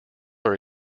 are